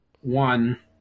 one